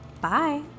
Bye